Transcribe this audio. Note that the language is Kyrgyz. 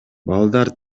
балдар